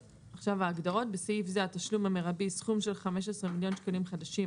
הגדרות בסעיף זה "התשלום המרבי"- סכום של 15 מיליון שקלים חדשים.